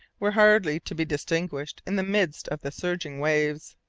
were hardly to be distinguished in the midst of the surging waves.